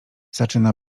zaczyna